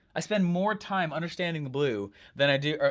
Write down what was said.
i spend more time understanding the blue, than i do,